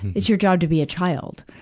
it's your job to be a child.